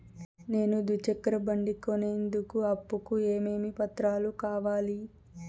నేను ద్విచక్ర బండి కొనేందుకు అప్పు కు ఏమేమి పత్రాలు కావాలి?